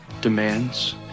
demands